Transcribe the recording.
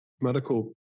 medical